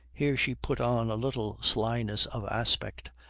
here she put on a little slyness of aspect,